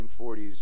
1940s